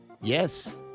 Yes